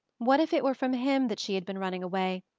what if it were from him that she had been running away,